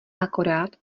akorát